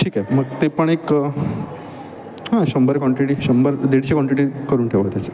ठीक आहे मग ते पण एक हां शंभर काँटिटी शंभर दीडशे काँटिटी करून ठेवा त्याचे